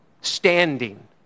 standing